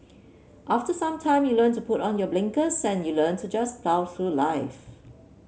after some time you learn to put on your blinkers and you learn to just plough through life